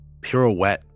pirouette